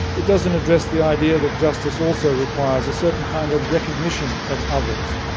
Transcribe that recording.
it doesn't address the idea that justice also requires a certain kind of recognition of others.